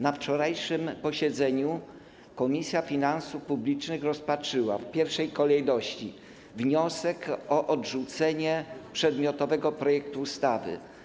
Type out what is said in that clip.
Na wczorajszym posiedzeniu Komisja Finansów Publicznych rozpatrzyła w pierwszej kolejności wniosek o odrzucenie przedmiotowego projektu ustawy.